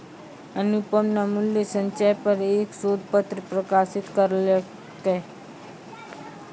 अनुपम न मूल्य संचय पर एक शोध पत्र प्रकाशित करलकय